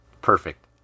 Perfect